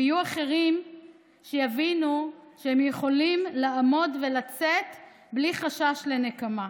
ויהיו אחרים שיבינו שהם יכולים לעמוד ולצאת בלי חשש לנקמה.